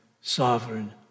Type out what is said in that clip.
sovereign